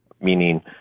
meaning